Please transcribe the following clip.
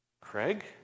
Craig